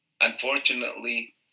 Unfortunately